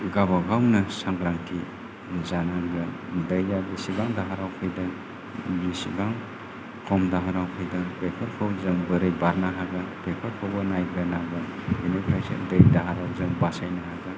गावबा गावनो सांग्रांथि जानांगोन दैया बेसेबां दाहाराव फैदों बेसेबां खम दाहाराव फैदों बेफोरखौ जों बोरै बारनो हागोन बेफोरखौबो नायग्रोनांगोन बिनिफ्रायसो दै दाहाराव जों बासायनो हागोन